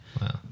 Wow